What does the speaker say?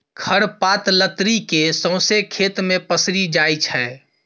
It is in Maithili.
खर पात लतरि केँ सौंसे खेत मे पसरि जाइ छै